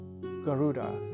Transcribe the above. Garuda